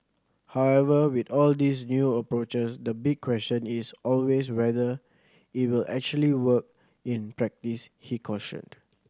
however with all these new approaches the big question is always whether it will actually work in practice he cautioned